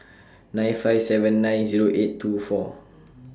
nine five seven nine Zero eight two four